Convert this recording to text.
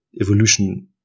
evolution